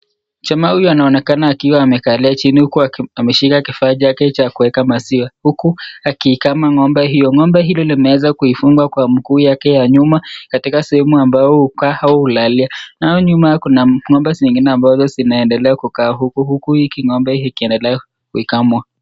Jamaa huyu anaonekana akiwa amekalia chini huku ameshika kifaa chake cha kuweka maziwa huku akiikama ng'ombe hiyo. Ng'ombe hiyo imeweza kufungwa miguu yake ya nyuma katika sehemu ambayo hukaa au hulalia. Nyuma kuna ng'ombe zingine ambazo zinaendelea kukaa huku, huku hii ng'ombe ikiendelea kukamwa.